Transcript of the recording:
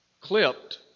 clipped